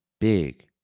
big